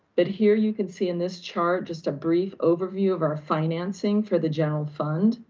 but here you can see in this chart, just a brief overview of our financing for the general fund.